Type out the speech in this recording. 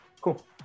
Cool